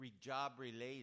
job-related